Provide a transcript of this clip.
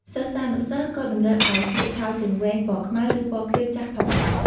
សិស្សានុសិស្សក៏តម្រូវឱ្យស្លៀកខោជើងវែង ពណ៌ខ្មៅ ឬពណ៌ខៀវចាស់ផងដែរ។